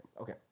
okay